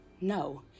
no